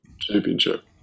championship